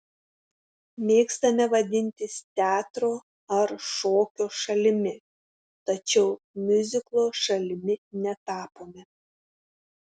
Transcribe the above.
mėgstame vadintis teatro ar šokio šalimi tačiau miuziklo šalimi netapome